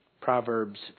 Proverbs